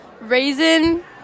raisin